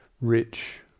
rich